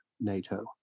nato